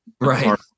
Right